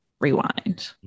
Rewind